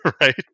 Right